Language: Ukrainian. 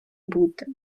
бути